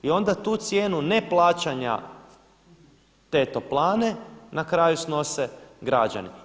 I onda tu cijenu ne plaćanja te toplane, na kraju snose građani.